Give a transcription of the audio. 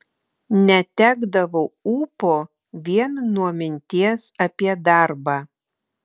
netekdavau ūpo vien nuo minties apie darbą